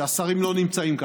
שהשרים לא נמצאים פה.